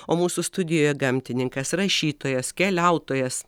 o mūsų studijoje gamtininkas rašytojas keliautojas